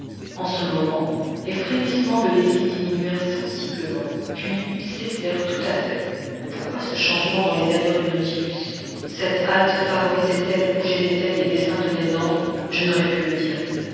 en ce moment les frémissements de l'hélice diminuèrent sensiblement puis ils cessèrent tout à fait pourquoi ce changement dans les allures du nautilus cette halte favorisait elle ou gênait elle les desseins de ned land je n'aurais pu le dire